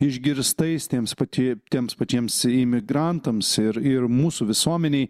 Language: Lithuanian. išgirstais tiems pati tiems pačiems imigrantams ir ir mūsų visuomenei